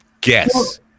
guess